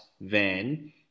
van